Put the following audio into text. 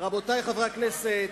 רבותי חברי הכנסת,